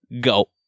Go